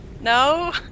No